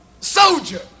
soldier